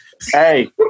Hey